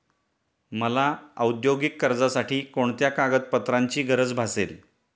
मला औद्योगिक कर्जासाठी कोणत्या कागदपत्रांची गरज भासेल?